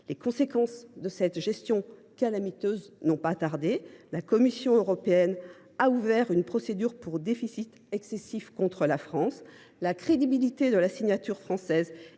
Les conséquences de cette gestion calamiteuse n’ont pas tardé : la Commission européenne a ouvert une procédure pour déficit excessif contre la France. La crédibilité de la signature française